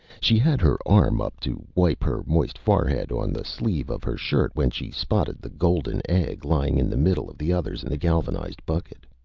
she had her arm up to wipe her moist forehead on the sleeve of her shirt when she spotted the golden egg lying in the middle of the others in the galvanized bucket.